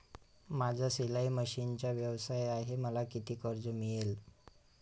माझा शिलाई मशिनचा व्यवसाय आहे मला किती कर्ज मिळेल?